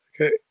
Okay